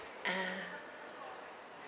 ah